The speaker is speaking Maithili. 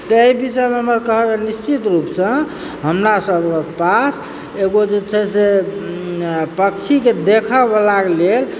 तऽ एहि विषयमे हमर कहब यऽ निश्चित रूपसँ हमरा सभक पास एगो जे छै से पक्षीके देखऽवाला लेल